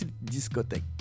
Discothèque